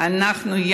אנחנו,